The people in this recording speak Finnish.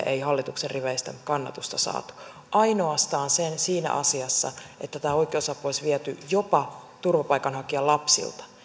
ei hallituksen riveistä kannatusta saatu ainoastaan siinä asiassa että tämä oikeusapu olisi viety jopa turvapaikanhakijalapsilta